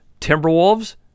Timberwolves